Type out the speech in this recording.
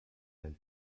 del